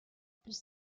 plus